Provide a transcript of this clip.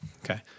Okay